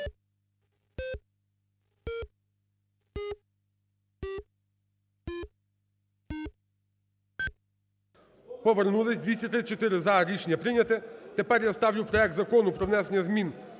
Повернулись. 234 – за. Рішення прийняте. Тепер я ставлю проект Закону про внесення змін